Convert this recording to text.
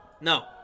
No